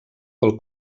pel